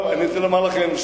אני רוצה לומר לכם,